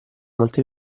molte